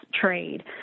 trade